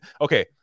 okay